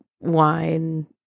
wine